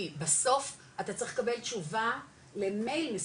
כי בסוף אתה צריך לקבל תשובה למייל מסוים,